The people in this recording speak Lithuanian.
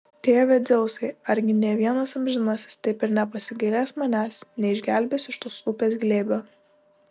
tėve dzeusai argi nė vienas amžinasis taip ir nepasigailės manęs neišgelbės iš tos upės glėbio